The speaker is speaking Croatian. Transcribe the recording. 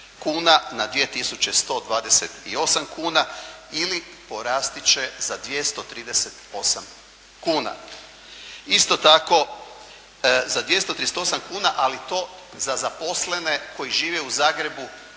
na 2128 kuna ili porasti će za 238 kuna. Isto tako, za 238 kuna, ali to za zaposlene koji žive u Zagrebu